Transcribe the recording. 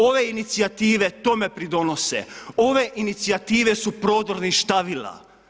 Ove inicijative tome pridonose, ove inicijative su prodor ništavila.